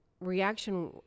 reaction